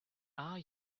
are